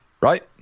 Right